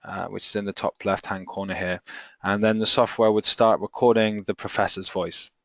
which is in the top left-hand corner here and then the software would start recording the professor's voice